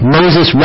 Moses